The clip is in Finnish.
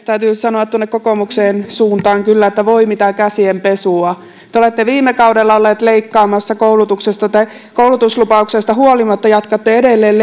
täytyy sanoa tuonne kokoomuksen suuntaan kyllä että voi mitä käsien pesua te olette viime kaudella olleet leikkaamassa koulutuksesta te koulutuslupauksesta huolimatta jatkatte edelleen